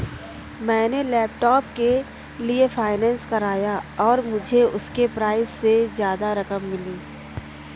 मैंने लैपटॉप के लिए फाइनेंस कराया और मुझे उसके प्राइज से ज्यादा रकम मिली